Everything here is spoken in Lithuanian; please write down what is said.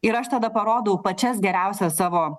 ir aš tada parodau pačias geriausias savo